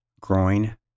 Groin